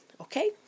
okay